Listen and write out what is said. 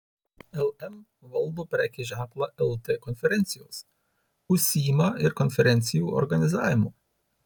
lm valdo prekės ženklą lt konferencijos užsiima ir konferencijų organizavimu